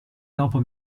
dopo